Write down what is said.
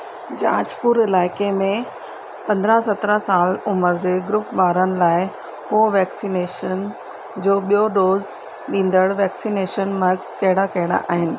जाजपुर इलाइक़े में पंदरहां सतरहां साल उमिरि जे ग्रुप वारनि लाइ कोवैक्सीनेशन जो ॿियों डोज ॾींदड़ वैक्सीनेशन मर्कज़ कहिड़ा कहिड़ा आहिनि